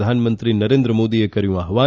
પ્રધાનમંત્રી નરેન્દ્ર મોદીએ કર્યું આહવાન